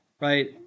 right